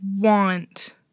want